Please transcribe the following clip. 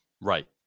Right